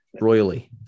royally